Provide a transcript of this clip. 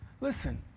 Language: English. Listen